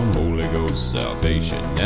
holy ghost, salvation